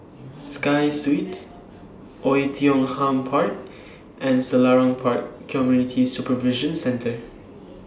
Sky Suites Oei Tiong Ham Park and Selarang Park Community Supervision Centre